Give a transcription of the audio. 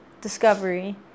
Discovery